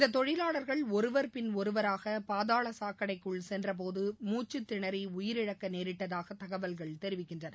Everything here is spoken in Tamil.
இந்த தொழிலாளர்கள் ஒருவர் பின் ஒருவராக பாதாள சாக்கடைக்குள் சென்றபோது மூச்சுத்தினறி உயிரிழக்க நேரிட்டதாக தகவல்கள் தெரிவிக்கின்றன